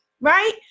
right